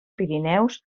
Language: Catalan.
pirineus